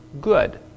good